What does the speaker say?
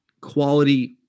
quality